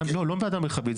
לא וועדה מרחבית,